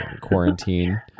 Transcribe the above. quarantine